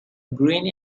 green